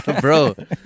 Bro